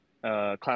Class